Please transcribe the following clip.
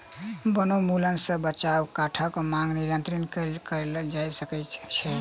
वनोन्मूलन सॅ बचाव काठक मांग नियंत्रित कय के कयल जा सकै छै